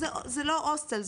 זה לא הוסטל,